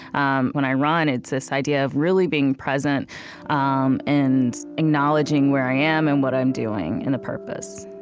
um when i run, it's this idea of really being present um and acknowledging where i am and what i'm doing and the purpose